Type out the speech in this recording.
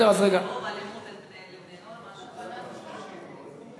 רגע, אנחנו נשמע קודם,